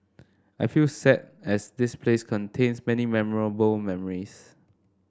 I feel sad as this place contains many memorable memories